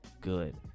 good